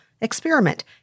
Experiment